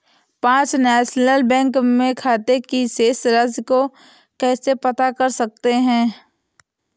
Punjab National Bank में खाते की शेष राशि को कैसे पता कर सकते हैं?